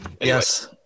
Yes